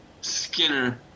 Skinner